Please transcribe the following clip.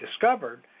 discovered